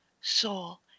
soul